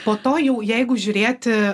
po to jau jeigu žiūrėti